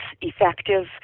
effective